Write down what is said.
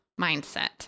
mindset